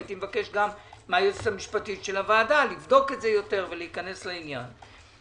הייתי מבקש מהיועצת המשפטית של הוועדה לבדוק את זה יותר ולהיכנס לעניין.